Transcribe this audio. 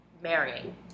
marrying